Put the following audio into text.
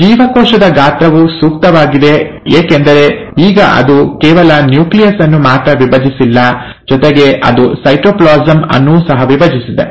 ಜೀವಕೋಶದ ಗಾತ್ರವು ಸೂಕ್ತವಾಗಿದೆ ಏಕೆಂದರೆ ಈಗ ಅದು ಕೇವಲ ನ್ಯೂಕ್ಲಿಯಸ್ ಅನ್ನು ಮಾತ್ರ ವಿಭಜಿಸಿಲ್ಲ ಜೊತೆಗೆ ಅದು ಸೈಟೋಪ್ಲಾಸಂ ಅನ್ನೂ ಸಹ ವಿಭಜಿಸಿದೆ